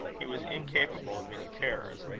he was incapable of any terrors,